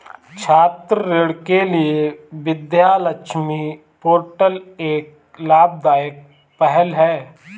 छात्र ऋण के लिए विद्या लक्ष्मी पोर्टल एक लाभदायक पहल है